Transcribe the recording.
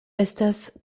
estas